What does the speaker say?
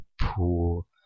pool